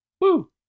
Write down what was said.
Woo